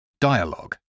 dialogue